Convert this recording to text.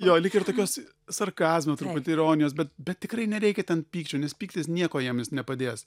jo lyg ir tokios sarkazmo truputį ironijos bet bet tikrai nereikia ten pykčio nes pyktis nieko jiem nepadės